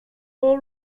all